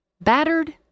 Battered